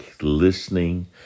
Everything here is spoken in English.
listening